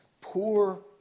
poor